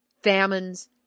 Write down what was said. famines